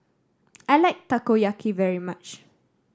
I like Takoyaki very much